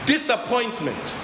Disappointment